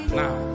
now